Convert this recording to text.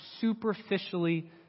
superficially